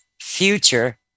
future